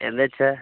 L H है